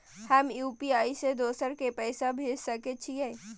हम यु.पी.आई से दोसर के पैसा भेज सके छीयै?